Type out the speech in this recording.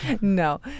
No